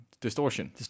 distortion